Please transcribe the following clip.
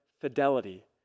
fidelity